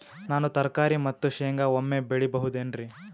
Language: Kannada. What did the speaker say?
ನಾನು ತರಕಾರಿ ಮತ್ತು ಶೇಂಗಾ ಒಮ್ಮೆ ಬೆಳಿ ಬಹುದೆನರಿ?